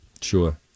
Sure